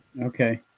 Okay